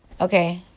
Okay